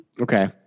Okay